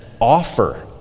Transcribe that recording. offer